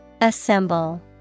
Assemble